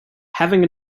having